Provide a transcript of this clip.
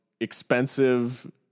expensive